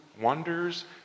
wonders